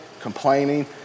complaining